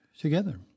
Together